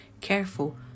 careful